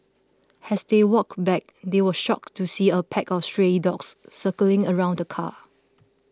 as they walked back they were shocked to see a pack of stray dogs circling around the car